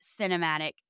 cinematic